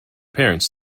parents